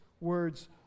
words